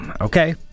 Okay